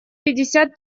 пятьдесят